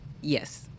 Yes